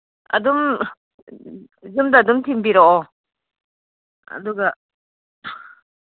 ꯑꯗꯨꯝ ꯌꯨꯝꯗ ꯑꯗꯨꯝ ꯊꯤꯟꯕꯤꯔꯛꯑꯣ ꯑꯗꯨꯒ